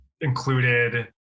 included